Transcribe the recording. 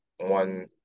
one